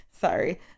sorry